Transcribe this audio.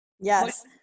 Yes